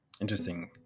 Interesting